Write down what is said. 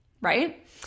right